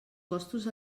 costos